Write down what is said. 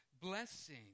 blessing